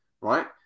right